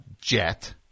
Jet